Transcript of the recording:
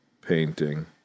Painting